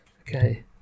Okay